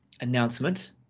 announcement